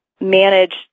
manage